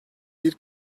bir